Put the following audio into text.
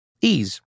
Ease